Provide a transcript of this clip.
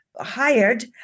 hired